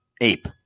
ape